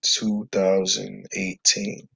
2018